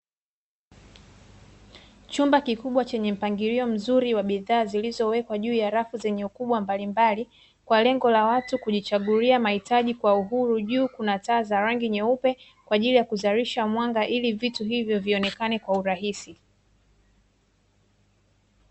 Chumba kikubwa chenye mpangilio mzuri wa bidhaa zilizowekwa juu ya rafu zenye ukubwa mbalimbali, kwa lengo la watu kujichagulia mahitaji kwa uhuru. Juu kuna taa za rangi nyeupe kwa ajili ya kuzalisha mwanga ili vitu hivyo vionekane kwa urahisi.